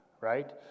right